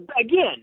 again